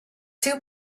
two